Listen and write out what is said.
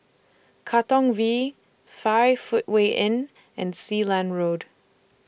Katong V five Footway Inn and Sealand Road